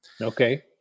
Okay